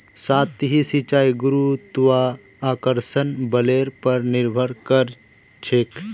सतही सिंचाई गुरुत्वाकर्षण बलेर पर निर्भर करछेक